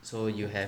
so you have